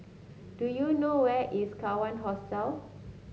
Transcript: do you know where is Kawan Hostel